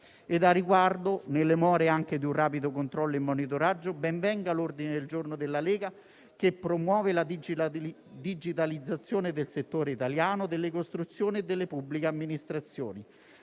Al riguardo, nelle more anche di un rapido controllo e monitoraggio, ben venga l'ordine del giorno della Lega che promuove la digitalizzazione del settore italiano delle costruzioni e delle pubbliche amministrazioni.